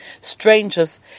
Strangers